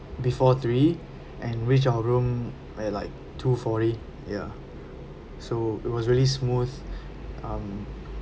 before three and reach our room at like two forty ya so it was really smooth um